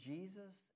Jesus